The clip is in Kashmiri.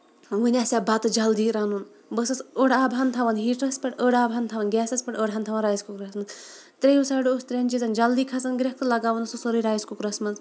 وُنہِ آسہِ ہا بَتہٕ جلدی رَنُن بہٕ ٲسٕس أڑۍ آبہٕ ۂنۍ تھاوان ہیٖٹرس پٮ۪ٹھ أڑۍ آبہٕ ۂنۍ تھاوان گیسس پٮ۪ٹھ أڑۍ ۂنۍ تھاوان رَیِس کُکرَس منٛز ترٛیو سایڈو اوس ترٛین چیٖزَن جلدی کھسان گرٮ۪کھ تہٕ لگاوان سُہ سۄرُے رَیِس کُکرَس منٛز